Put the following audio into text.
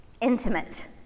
intimate